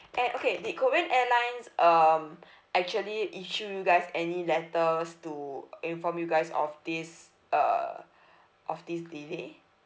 and okay did korean airlines um actually issue you guys any letters to inform you guys of this uh of this delay